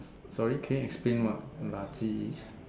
sorry can you explain what laji is